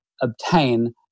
obtain